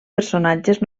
personatges